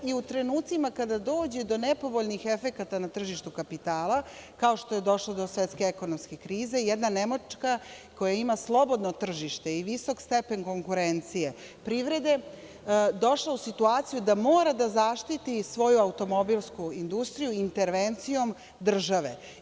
U trenucima kada dođe do nepovoljnih efekata na tržištu kapitala, kao što je došlo do svetske ekonomske krize, jedna Nemačka koja ima slobodno tržište i visok stepen konkurencije privrede, došla u situaciju da mora da zaštiti svoju automobilsku industriju intervencijom države.